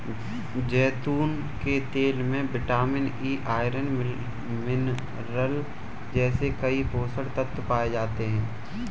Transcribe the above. जैतून के तेल में विटामिन ई, आयरन, मिनरल जैसे कई पोषक तत्व पाए जाते हैं